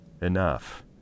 enough